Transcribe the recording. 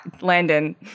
Landon